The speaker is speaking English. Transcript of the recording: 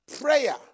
prayer